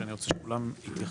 שאני רוצה שכולם יתייחסו.